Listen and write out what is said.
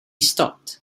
stopped